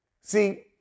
See